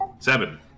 Seven